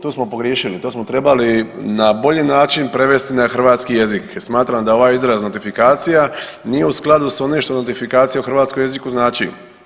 Tu smo pogriješili to smo trebali na bolji način prevesti na hrvatski jezik jer smatram da ovaj izraz notifikacija nije u skladu s onim što notifikacija u hrvatskom jeziku znači.